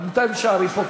בינתיים תישארי פה.